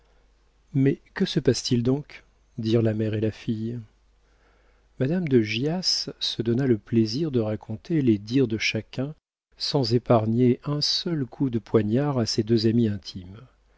mais que se passe-t-il donc dirent la mère et la fille madame de gyas se donna le plaisir de raconter les dires de chacun sans épargner un seul coup de poignard à ses deux amies intimes